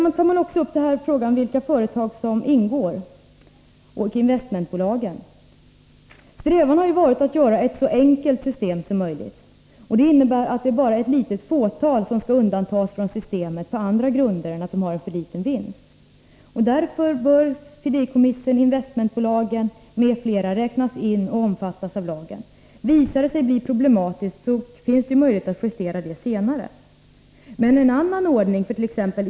Man har också tagit upp frågan om vilka företag som skall ingå och investmentbolagen. Strävan har varit att göra ett så enkelt system som möjligt. Det innebär att det bara är ett litet fåtal som skall undantas från systemet på andra grunder än att de har en för liten vinst. Därför bör fideikommiss, investmentbolag m.fl. räknas in och omfattas av lagen. Visar det sig bli problematiskt finns det möjlighet att justera det senare. En annan ordning fört.ex.